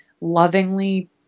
lovingly